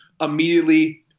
immediately